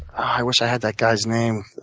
i wish i had that guy's name.